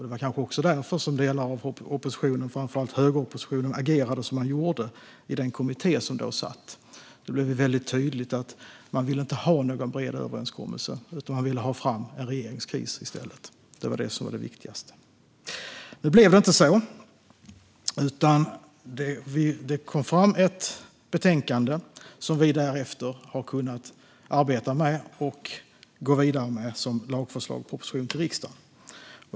Det var kanske därför som delar av oppositionen, framför allt högeroppositionen, agerade som de gjorde i den kommitté som då satt. Det blev väldigt tydligt att man inte ville ha någon bred överenskommelse utan att man i stället ville ha en regeringskris. Det var det som var det viktigaste. Nu blev det inte så, utan det kom ett betänkande som vi därefter har kunnat arbeta med och gå vidare med som proposition och lagförslag till riksdagen.